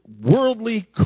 worldly